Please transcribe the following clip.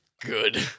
Good